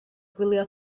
gwylio